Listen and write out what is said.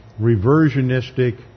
reversionistic